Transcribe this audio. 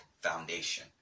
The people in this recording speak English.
foundation